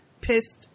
pissed